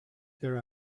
there